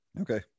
Okay